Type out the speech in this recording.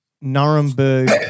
Nuremberg